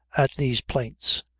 at these plaints,